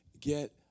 get